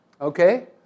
okay